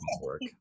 work